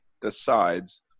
decides